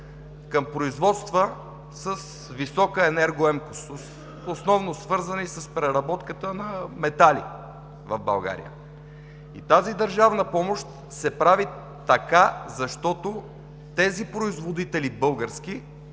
към производства с висока енергоемкост, основно свързани с преработката на метали в България. Тази държавна помощ се прави така, защото тези български